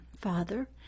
Father